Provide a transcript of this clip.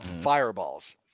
fireballs